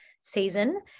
season